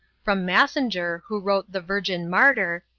from massinger, who wrote the virgin martyr,